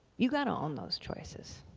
you've got to own those choices.